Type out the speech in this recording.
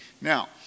Now